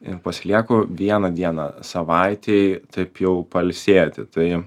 ir pasilieku vieną dieną savaitėj taip jau pailsėti tai